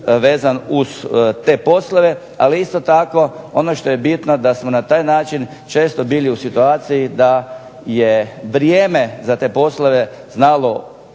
vezan uz te poslove. Ali isto, ono što je bitno, da smo na taj način često bili u situaciji da je vrijeme za te poslove znalo